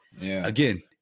Again